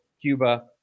Cuba